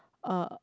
uh